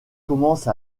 commence